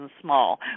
small